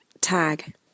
tag